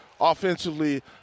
Offensively